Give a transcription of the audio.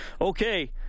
Okay